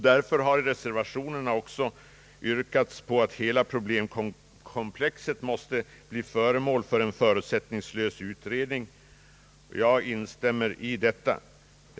Därför har i reservationerna också yrkats på att hela problemkomplexet skall bli föremål för en förutsättningslös utredning. Jag instämmer i detta yrkande.